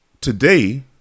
today